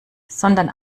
sondern